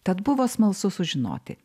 tad buvo smalsu sužinoti